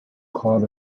card